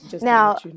Now